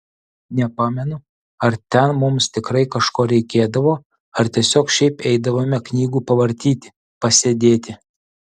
nepamenu ar ten mums tikrai kažko reikėdavo ar tiesiog šiaip eidavome knygų pavartyti pasėdėti